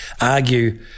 argue